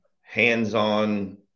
hands-on